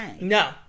No